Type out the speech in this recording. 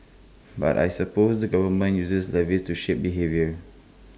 but I suppose the government uses levies to shape behaviour